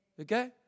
Okay